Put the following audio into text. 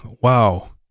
wow